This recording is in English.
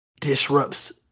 disrupts